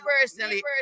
personally